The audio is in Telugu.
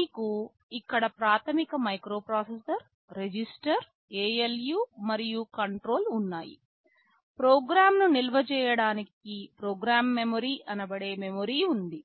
మీకు ఇక్కడ ప్రాథమిక మైక్రోప్రాసెసర్ రిజిస్టర్ ALU మరియు కంట్రోల్ ఉన్నాయి ప్రోగ్రామ్ను నిల్వ చేయడానికి ప్రోగ్రామ్ మెమరీ అనబడే మెమరీ ఉంది